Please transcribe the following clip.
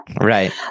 Right